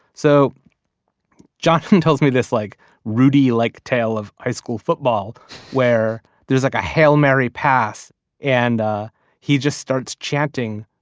so jonathan tells me this, like rudy-like tale of high school football where there's like a hail mary pass and he just starts chanting,